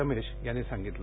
रमेश यांनी सांगितलं